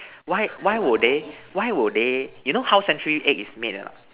why why would they why would they you know how century eggs is made or not